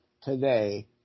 today